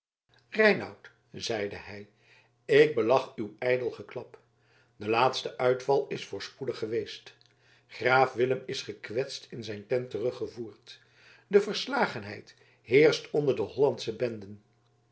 reinout zeide hij ik belach uw ijdel geklap de laatste uitval is voorspoedig geweest graaf willem is gekwetst in zijn tent teruggevoerd de verslagenheid heerscht onder de hollandsche benden